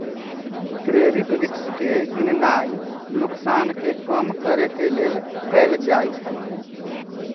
credit risk के गीणनाइ नोकसान के कम करेके लेल कएल जाइ छइ